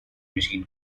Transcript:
machine